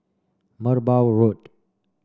Merbau Road